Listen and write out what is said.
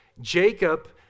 Jacob